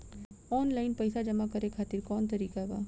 Online पइसा जमा करे खातिर कवन तरीका बा?